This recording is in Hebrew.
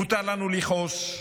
מותר לנו לכעוס,